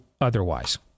otherwise